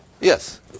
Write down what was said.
Yes